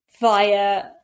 via